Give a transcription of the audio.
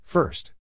First